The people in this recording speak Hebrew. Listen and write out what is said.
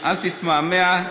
אל תתמהמה.